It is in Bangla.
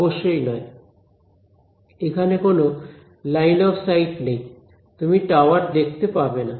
অবশ্যই নয় এখানে কোন লাইন অফ সাইট নেই তুমি টাওয়ার দেখতে পাবে না